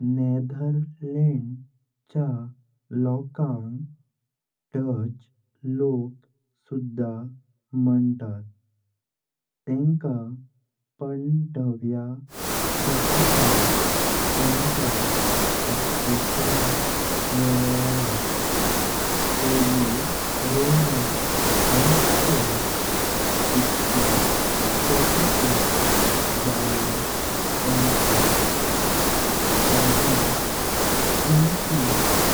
नेदरल्यांडच्या लोकांग डच लोक सुधा म्हंतात। तेंकां पंध्याव्या शतकांत तेंचां अस्तित्व मेळयला। होली रोमन एम्पायर सोळाशे अठ्ठेचाळीस जाळा तेंचां। हॉलंड तेंची